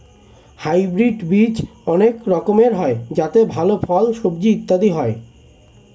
hybrid বীজ অনেক রকমের হয় যাতে ভালো ফল, সবজি ইত্যাদি হয়